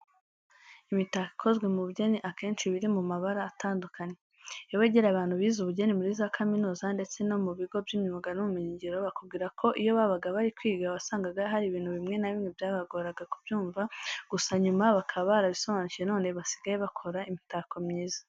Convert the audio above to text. Imitako ikozwe mu bugeni akenshi iba iri mu mabara atandukanye. Iyo wegereye abantu bize ubugeni muri za kaminuza ndetse no mu bigo by'imyuga n'ubumenyingiro, bakubwira ko iyo babaga bari kwiga wasangaga hari ibintu bimwe na bimwe byabagoraga kubyumva, gusa nyuma bakaba barabisobanukiwe none basigaye bakora imitako myiza.